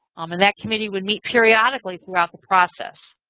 um and that committee would meet periodically throughout this process.